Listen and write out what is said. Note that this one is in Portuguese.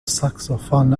saxofone